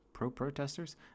pro-protesters